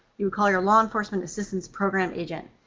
you would call your law enforcement assistance programs agent.